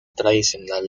tradicional